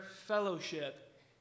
fellowship